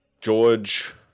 George